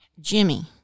Jimmy